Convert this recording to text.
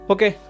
Okay